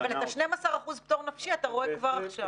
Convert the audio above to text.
אבל את ה-12% פטור נפשי אתה רואה כבר עכשיו?